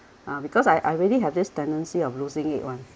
ah because I I really have this tendency of losing it [one]